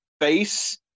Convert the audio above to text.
face